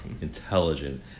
intelligent